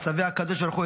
מצווה הקדוש ברוך הוא,